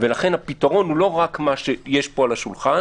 זה לא טירונים של חטיבת הצנחנים.